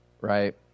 Right